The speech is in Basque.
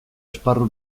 esparru